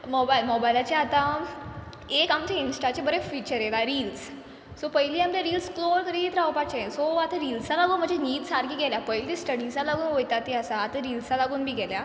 mobile मोबायलाचे आतां एक आमचें इन्स्टाचें बरें फिचर येयलां रिल्स सो पयलीं आम ते रिल्स स्क्रोल करीत रावपाचें सो आतां रिल्सां लागून म्हाजी न्हीद सारकी गेल्या पयलीं स्टडिसा लागून वयता ती आसा आतां रिल्सां लागून बी गेल्या